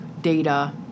data